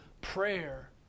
prayer